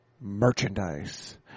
merchandise